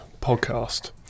podcast